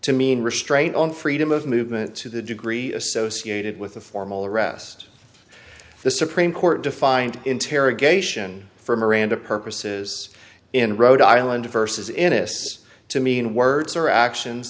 to mean restraint on freedom of movement to the degree associated with a formal arrest the supreme court defined interrogation for miranda purposes in rhode island vs inis to mean words or actions